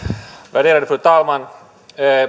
värderade fru talman